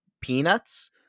peanuts